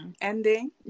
ending